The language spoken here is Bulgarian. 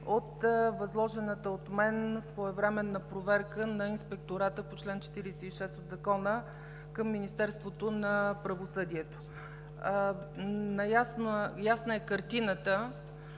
от възложената от мен своевременна проверка на Инспектората по чл. 46 от Закона към Министерството на правосъдието. Ясна е картината.